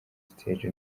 stage